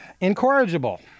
incorrigible